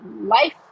life